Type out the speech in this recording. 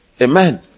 Amen